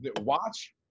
Watch